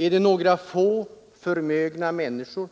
Är det några få förmögna människor